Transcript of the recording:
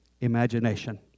imagination